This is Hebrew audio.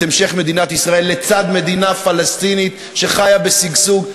המשך מדינת ישראל לצד מדינה פלסטינית שחיה בשגשוג.